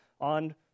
on